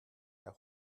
herr